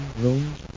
rooms